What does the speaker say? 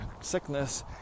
sickness